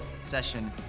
session